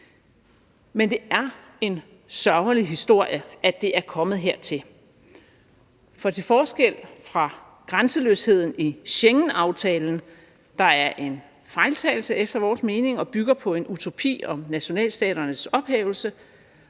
Men det er en sørgelig historie, at det er kommet hertil. For til forskel fra grænseløsheden i Schengenaftalen, der er en fejltagelse efter vores mening og bygger på en utopi om nationalstaternes ophævelse,